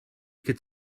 could